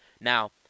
Now